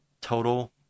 total